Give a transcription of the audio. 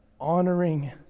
honoring